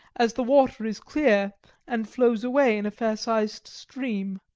as the water is clear and flows away in a fair-sized stream.